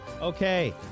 Okay